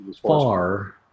far